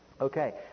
Okay